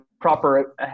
proper